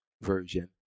Version